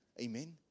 Amen